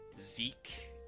Zeke